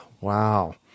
wow